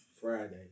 Friday